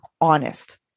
honest